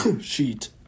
Sheet